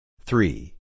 Three